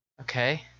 Okay